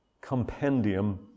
compendium